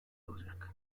alacak